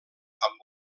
amb